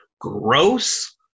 gross